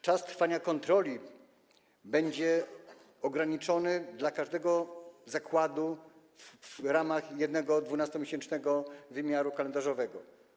Czas trwania kontroli będzie ograniczony dla każdego zakładu w ramach jednego 12-miesięcznego wymiaru kalendarzowego.